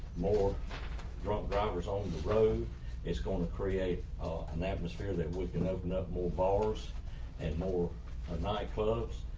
more drunk drivers on the road is going to create an atmosphere that we can open up more bars and more ah nightclubs.